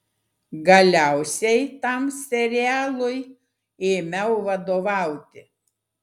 galiausiai tam serialui ėmiau vadovauti